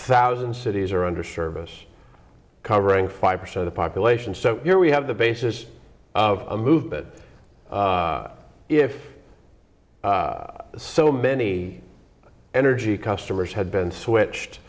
thousand cities are under service covering five percent of population so here we have the basis of a move that if so many energy customers had been switched